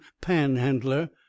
panhandler